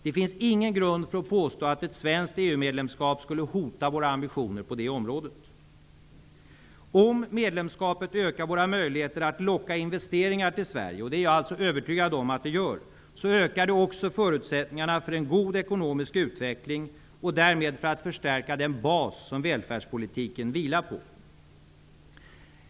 Det finns ingen grund för att påstå att ett svenskt EU-medlemskap skulle hota våra ambitioner på det området. Om medlemskapet ökar våra möjligheter att locka investeringar till Sverige -- och det är jag alltså övertygad om att det gör -- ökar det också förutsättningarna för en god ekonomisk utveckling. Därmed ökar också möjligheterna att förstärka den bas som välfärdspolitiken vilar på.